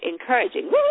encouraging